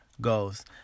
goals